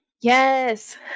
Yes